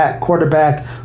quarterback